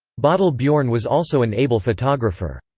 bodil biorn was also an able photographer.